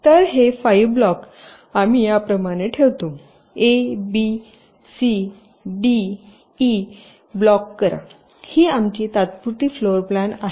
तर हे 5 ब्लॉक आम्ही या प्रमाणे ठेवतो A B C D E block करा ही आमची तात्पुरती फ्लोर प्लॅन आहे